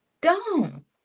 dumb